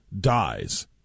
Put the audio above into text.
dies